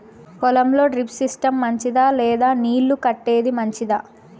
పొలం లో drip system మంచిదా లేదా నీళ్లు కట్టేది మంచిదా?